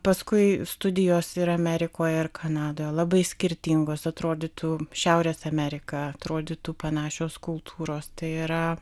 paskui studijos ir amerikoje ir kanadoje labai skirtingos atrodytų šiaurės amerika atrodytų panašios kultūros tai yra